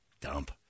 Dump